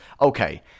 Okay